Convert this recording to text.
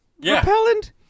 repellent